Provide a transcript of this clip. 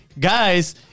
Guys